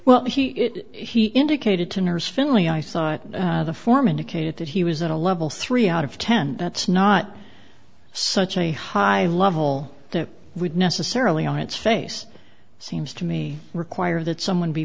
well he he indicated to nurse finley i thought the form indicated that he was at a level three out of ten that's not such a high level that would necessarily on its face seems to me require that someone be